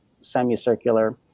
semicircular